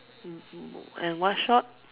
and white shorts